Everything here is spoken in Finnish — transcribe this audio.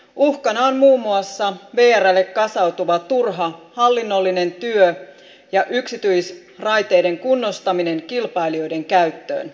uhkana on muun muassa vrlle kasautuva turha hallinnollinen työ ja yksityisraiteiden kunnostaminen kilpailijoiden käyttöön